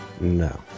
No